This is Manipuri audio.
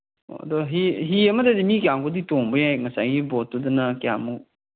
ꯑꯣ ꯑꯗꯣ ꯍꯤ ꯍꯤ ꯑꯃꯗꯗꯤ ꯃꯤ ꯀꯌꯥꯃꯨꯛꯀꯗꯤ ꯇꯣꯡꯕ ꯌꯥꯏ ꯉꯁꯥꯏꯒꯤ ꯕꯣꯠꯇꯨꯗꯅ ꯀꯌꯥꯃꯨꯛ